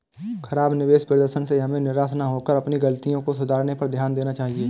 खराब निवेश प्रदर्शन से हमें निराश न होकर अपनी गलतियों को सुधारने पर ध्यान देना चाहिए